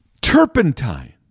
turpentine